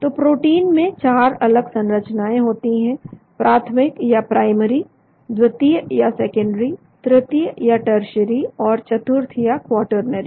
तो प्रोटीन में चार अलग संरचना होती हैं प्राथमिक या प्राइमरी द्वितीय या सेकेंडरी तृतीय या टर्शीयरी और चतुर्थ या क्वार्टरनरी